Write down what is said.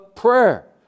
Prayer